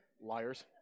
Liars